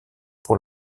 pour